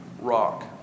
rock